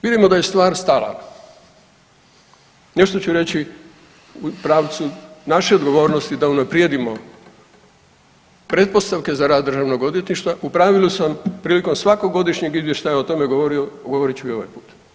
Vidimo da je stvar stala, nešto ću reći u pravcu naše odgovornosti da unaprijedimo pretpostavke za rad državnog odvjetništva u pravilu sam prilikom svakog godišnjeg izvještaja o tome govorio, govorit ću i ovaj put.